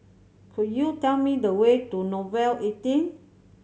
could you tell me the way to Nouvel eighteen